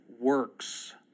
works